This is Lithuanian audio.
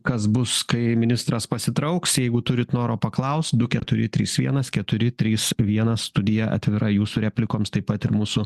kas bus kai ministras pasitrauks jeigu turit noro paklaust du keturi trys vienas keturi trys vienas studija atvira jūsų replikoms taip pat ir mūsų